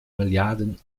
milliarden